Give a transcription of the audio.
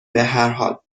بحرحال